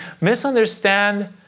misunderstand